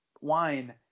wine